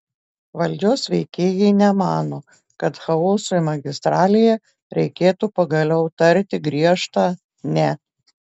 valdžios veikėjai nemano kad chaosui magistralėje reikėtų pagaliau tarti griežtą ne